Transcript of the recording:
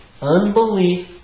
unbelief